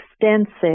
extensive